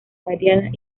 variadas